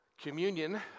communion